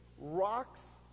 rocks